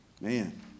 man